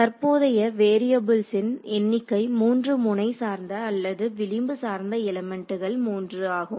தற்போதைய வேரியபுள்ஸ்ன் எண்ணிக்கை 3 முனை சார்ந்த அல்லது விளிம்பு சார்ந்த எலிமென்டுகள் 3 ஆகும்